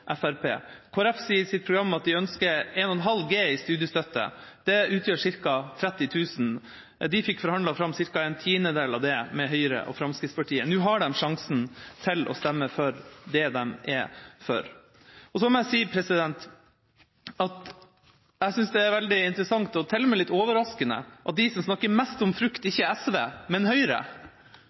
Kristelig Folkeparti sier i sitt program at de ønsker 1,5 G i studiestøtte. Det utgjør ca. 30 000 kr. De fikk forhandlet fram ca. en tiendedel av det med Høyre og Fremskrittspartiet. Nå har de sjansen til å stemme for det de er for. Så må jeg si at jeg synes det er veldig interessant, og til og med litt overraskende, at de som snakker mest om frukt, ikke er SV, men Høyre.